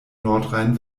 nordrhein